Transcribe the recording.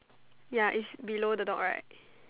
ya is below the dog right